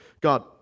God